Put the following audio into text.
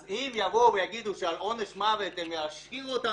אז אם יבואו ויגידו שעל עונש מוות הם ישחירו אותנו,